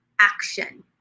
action